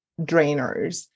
drainers